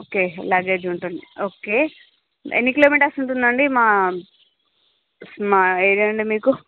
okay luggage ఉంటుంది okay ఎన్ని kilometres ఉంటుందండి మా మా ఏరియా నుండి మీకు